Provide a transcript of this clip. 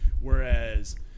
whereas